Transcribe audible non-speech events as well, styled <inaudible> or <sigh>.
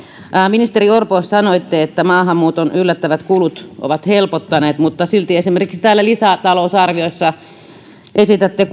ministeri orpo sanoitte että maahanmuuton yllättävät kulut ovat helpottaneet mutta silti täällä lisätalousarviossa esitätte <unintelligible>